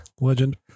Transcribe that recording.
Legend